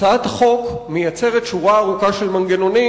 הצעת החוק מייצרת שורה ארוכה של מנגנונים